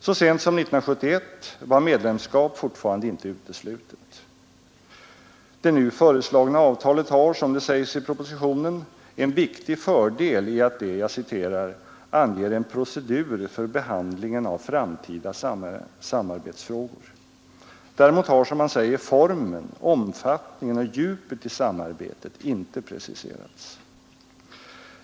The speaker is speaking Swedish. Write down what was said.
Så sent som 1971 var medlemskap fortfarande inte uteslutet. Det nu föreslagna avtalet har, som det sägs i propositionen, en viktig fördel i att det ”anger en procedur för behandlingen av framtida samarbetsfrågor”. Däremot har ”formen, omfattningen och djupet i samarbetet” inte preciserats.